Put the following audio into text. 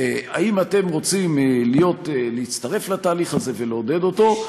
האם אתם רוצים להצטרף לתהליך הזה ולעודד אותו,